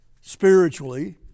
spiritually